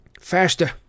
Faster